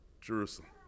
Jerusalem